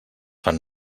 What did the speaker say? fan